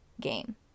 game